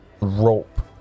rope